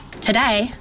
Today